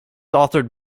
authored